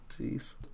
Jeez